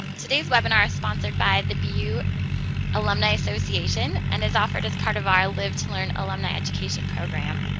today's webinar is sponsored by the bu alumni association and is offered as part of our live to learn alumni education program.